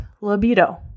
libido